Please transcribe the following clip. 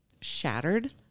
shattered